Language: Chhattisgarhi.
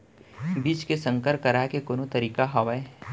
बीज के संकर कराय के कोनो तरीका हावय?